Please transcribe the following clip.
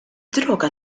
droga